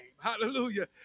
Hallelujah